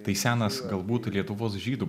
tai senas galbūt lietuvos žydų